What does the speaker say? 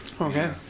Okay